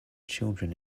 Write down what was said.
children